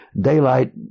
daylight